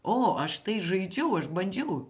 o aš tai žaidžiau aš bandžiau